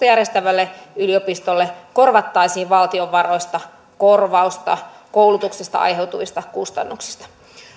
järjestävälle yliopistolle korvattaisiin valtion varoista korvausta koulutuksesta aiheutuvista kustannuksista